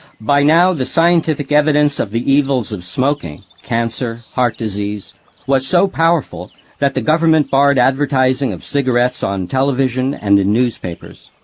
by now the scientific evidence of the evils of smoking cancer, heart disease-was so powerful that the government barred advertising of cigarettes on television and in newspapers.